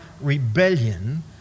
rebellion